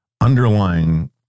underlying